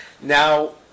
Now